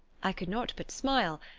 i could not but smile,